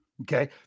Okay